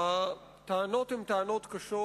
הטענות הן טענות קשות